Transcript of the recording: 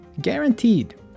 guaranteed